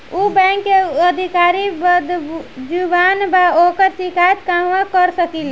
उ बैंक के अधिकारी बद्जुबान बा ओकर शिकायत कहवाँ कर सकी ले